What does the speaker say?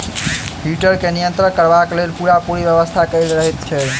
heater के नियंत्रण करबाक लेल पूरापूरी व्यवस्था कयल रहैत छै